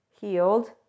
healed